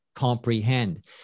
comprehend